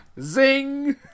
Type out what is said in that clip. Zing